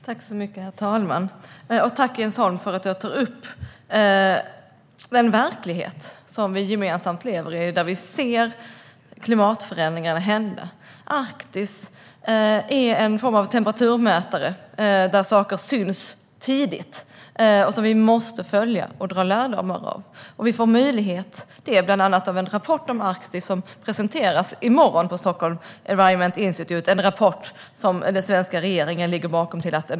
Herr talman! Tack, Jens Holm, för att du tar upp den verklighet som vi gemensamt lever i, där vi ser klimatförändringarna hända. Arktis är ett slags temperaturmätare, där saker syns tidigt som vi måste följa och dra lärdom av. Vi får möjlighet till det bland annat i en rapport om Arktis som presenteras i morgon av Stockholm Environment Institute - en rapport vars tillkomst den svenska regeringen ligger bakom.